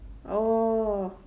oh